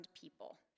people